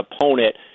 opponent—